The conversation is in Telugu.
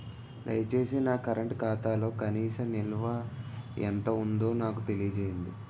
దయచేసి నా కరెంట్ ఖాతాలో కనీస నిల్వ ఎంత ఉందో నాకు తెలియజేయండి